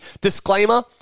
Disclaimer